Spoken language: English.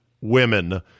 women